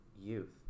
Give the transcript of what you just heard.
youth